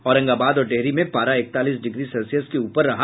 औरंगाबाद और डेहरी में पारा इकतालीस डिग्री सेल्सियस के ऊपर रहा